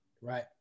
Right